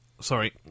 Sorry